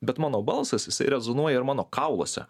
bet mano balsas jisai rezonuoja ir mano kauluose